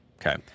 Okay